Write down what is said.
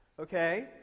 Okay